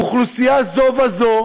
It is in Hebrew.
אוכלוסייה, זו בזו,